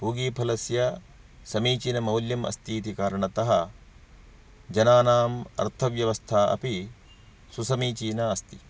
पूगीफलस्य समीचीनमौल्यमस्तीति कारणतः जनानाम् अर्थव्यवस्था अपि सुसमीचीना अस्ति